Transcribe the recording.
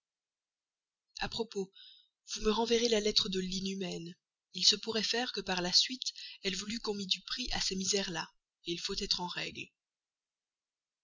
à propos vous me renverrez la lettre de l'inhumaine il se pourrait faire par la suite qu'elle voulût qu'on mît du prix à ces misères là il faut être en règle